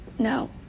No